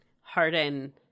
harden